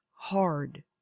Hard